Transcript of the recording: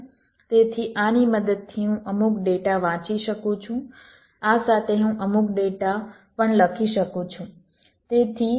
તેથી આની મદદથી હું અમુક ડેટા વાંચી શકું છું આ સાથે હું અમુક ડેટા પણ લખી શકું છું